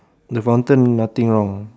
the fountain nothing wrong ah